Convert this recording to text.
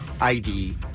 ID